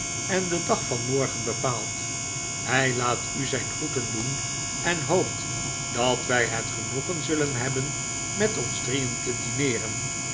en den dag van morgen bepaald hij laat u zijn groeten do en en ho opt dat wij het genoegen zullen hebben met ons drieen te dineeren